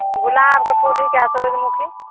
गुलाबके फूल हिकै आ सुरुजमुखी